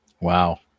Wow